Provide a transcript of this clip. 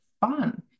fun